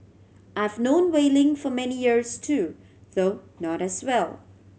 I've known Wei Ling for many years too though not as well